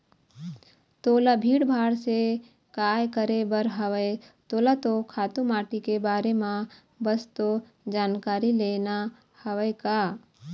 तोला भीड़ भाड़ से काय करे बर हवय तोला तो खातू माटी के बारे म बस तो जानकारी लेना हवय का